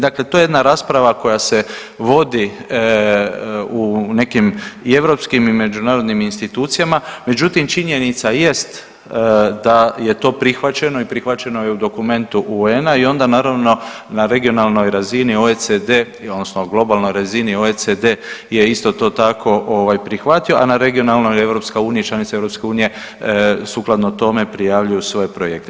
Dakle, to je jedna rasprava koja se vodi u nekim i europskim i međunarodnim institucijama međutim činjenica jest da je to prihvaćeno i prihvaćeno je u dokumentu UN-a i onda naravno na regionalnoj razini OECD odnosno globalnoj razini OECD je isto to tako prihvatio, a na regionalnoj EU i članice EU sukladno tome prijavljuju svoje projekte.